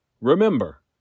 Remember